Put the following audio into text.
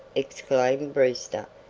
exclaimed brewster,